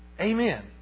Amen